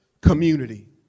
community